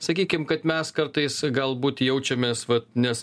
sakykim kad mes kartais galbūt jaučiamės vat nes